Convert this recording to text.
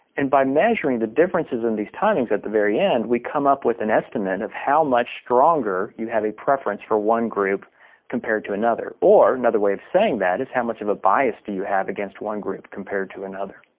and by measuring the differences in these timings at the very end we come up with an estimate of how much stronger you have a preference for one group compared to another. or another way of saying that is how much of a bias do you have against one group compared to another.